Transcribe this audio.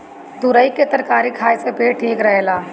तुरई के तरकारी खाए से पेट ठीक रहेला